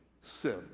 sin